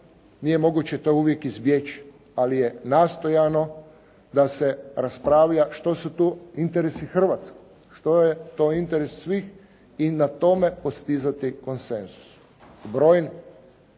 nije moguće to uvijek izbjeći, ali je nastojano da se raspravlja što su tu interesi Hrvatske, što je to interes svih i na tome postizati konsenzus